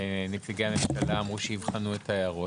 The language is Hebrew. נציגי הממשלה אמרו שיבחנו את ההערות.